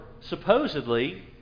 supposedly